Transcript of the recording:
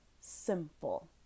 simple